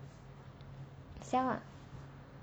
sell lah